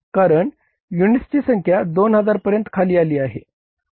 कारण युनिट्सची संख्या 2000 पर्यंत खाली आली आहे